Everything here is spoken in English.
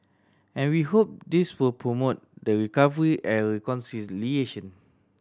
and we hope this will promote the recovery and reconciliation